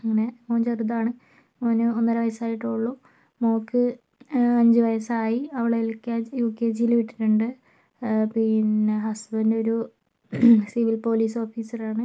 അങ്ങനെ അവൻ ചെറുതാണ് അവന് ഒന്നര വയസ്സായിട്ടേ ഉള്ളൂ മോൾക്ക് അഞ്ച് വയസ്സായി അവളെ L K G U K ജിയിൽ വിട്ടിട്ടുണ്ട് പിന്നെ ഹസ്ബൻഡ് ഒരു സിവിൽ പോലീസ് ഓഫീസറാണ്